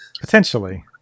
Potentially